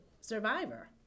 survivor